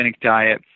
diet